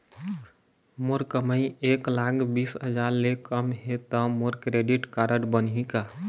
मोर कमाई एक लाख बीस हजार ले कम हे त मोर क्रेडिट कारड बनही का?